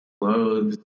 clothes